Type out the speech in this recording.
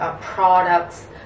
products